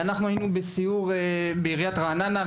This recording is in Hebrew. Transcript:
אנחנו היינו בסיור בעיריית רעננה,